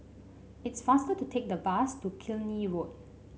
it's faster to take the bus to Killiney Road